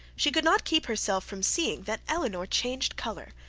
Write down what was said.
she could not keep herself from seeing that elinor changed colour,